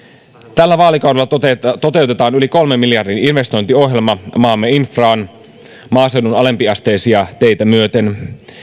tällä vaalikaudella toteutetaan toteutetaan yli kolmen miljardin investointiohjelma maamme infraan maaseudun alempiasteisia teitä myöten